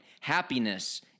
Happiness